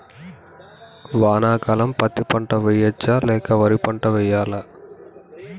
వానాకాలం పత్తి పంట వేయవచ్చ లేక వరి పంట వేయాలా?